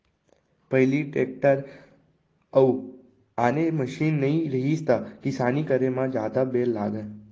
पहिली टेक्टर अउ आने मसीन नइ रहिस त किसानी करे म जादा बेर लागय